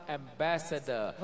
ambassador